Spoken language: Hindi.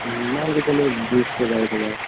मानकर चलिए बीस से बाईस हज़ार